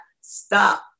stop